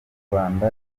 rwanda